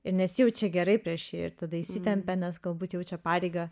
ir nesijaučia gerai prieš jį ir tada įsitempia nes galbūt jaučia pareigą